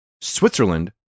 Switzerland